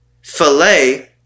filet